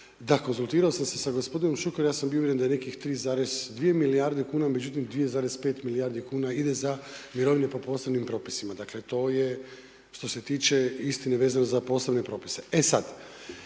da, konzultirao sam se sa gospodinom Šukerom, ja sam bio uvjeren da je nekih 3,2 milijarde kuna, međutim 2,5 milijardi kuna ide za mirovine po posebnim propisima, dakle to je što se tiče istine vezane za posebne propise. I vaš